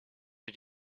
did